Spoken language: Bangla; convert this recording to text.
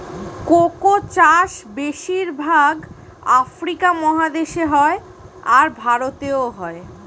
কোকো চাষ বেশির ভাগ আফ্রিকা মহাদেশে হয়, আর ভারতেও হয়